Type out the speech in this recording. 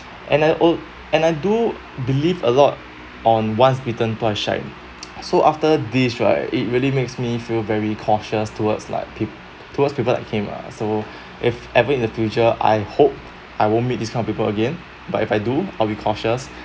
and I and I do believe a lot on once bitten twice shy so after this right it really makes me feel very cautious towards like towards people like him ah so if ever in the future I hope I won't meet this kind people again but if I do I'll be cautious